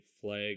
flag